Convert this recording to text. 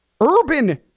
Urban